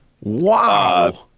Wow